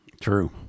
True